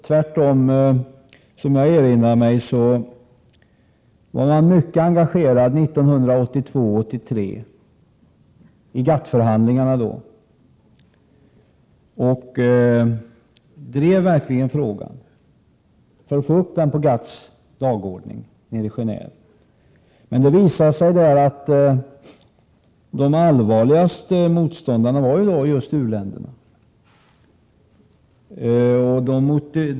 Tvärtom var socialdemokraterna, som jag erinrar mig, mycket engagerade 1982-1983 i GATT-förhandlingarna i Geneve, och drev verkligen på för att få upp frågan på GATT:s dagordning. Det visade sig emellertid där att de allvarligaste motståndarna var just u-länderna.